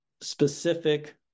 specific